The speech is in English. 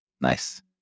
Nice